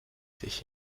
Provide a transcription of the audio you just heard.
sich